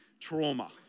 trauma